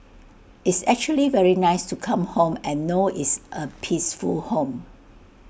it's actually very nice to come home and know it's A peaceful home